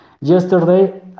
yesterday